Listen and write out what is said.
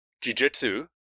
jiu-jitsu